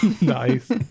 nice